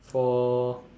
four